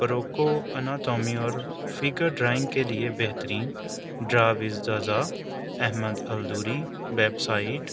پروکو انتمی اور figure drawing کے لیے بہترین ڈرا ود دازا احمد الدوری ویب سائٹ